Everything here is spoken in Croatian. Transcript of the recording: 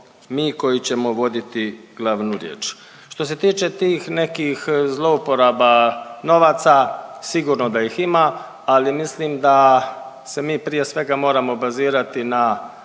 mi koji ćemo voditi glavnu riječ. Što se tiče tih nekih zlouporaba novaca, sigurno da ih ima ali mislim da se mi prije svega moramo bazirati na